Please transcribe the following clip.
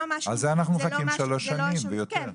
אנחנו מחכים לזה שלוש שנים ויותר.